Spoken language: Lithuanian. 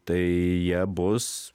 tai jie bus